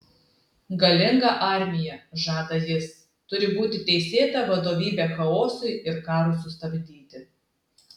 galinga armija žada jis turi būti teisėta vadovybė chaosui ir karui sustabdyti